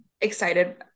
Excited